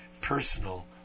personal